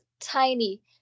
tiny